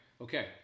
Okay